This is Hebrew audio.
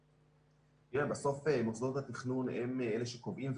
תראה, בסוף מוסדות התכנון הם אלה שקובעים.